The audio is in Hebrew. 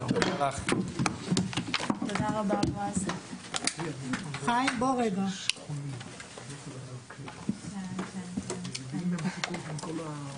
הישיבה ננעלה בשעה 14:30.